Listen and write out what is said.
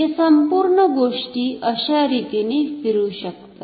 या संपूर्ण गोष्टी अशारितीने फिरू शकतात